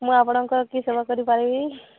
ମୁଁ ଆପଣଙ୍କ କି ସେବା କରି ପାରିବି